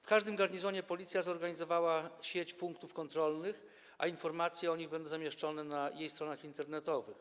W każdym garnizonie policja zorganizowała sieć punktów kontrolnych, a informacje o nich będą zamieszczone na jej stronach internetowych.